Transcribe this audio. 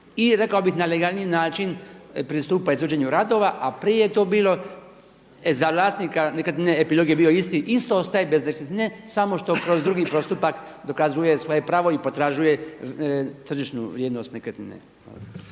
i rekao bih na legalniji način pristupa izvođenju radova. A prije je to bilo za vlasnika nekretnine epilog je bio isti isto ostaje bez nekretnine samo što kroz drugi postupak dokazuje svoje pravo i potražuje tržišnu vrijednost nekretnine.